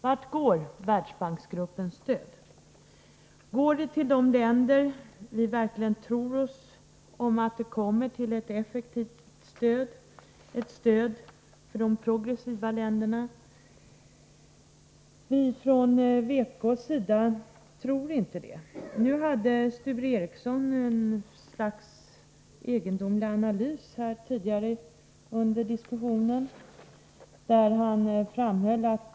Vart går Världsbanksgruppens stöd? Går det till de länder där det verkligen används effektivt? Är det ett stöd för de progressiva länderna? Från vpk:s sida tror vi inte det. Sture Ericson gjorde tidigare under diskussionen en egendomlig analys.